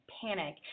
panic